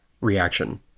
reaction